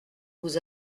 vous